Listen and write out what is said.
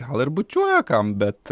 gal ir bučiuoja kam bet